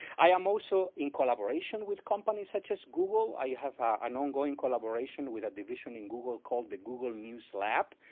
i am also in collaboration with companies such as google, i have ah an ongoing collaboration with a division in google called the google news lab,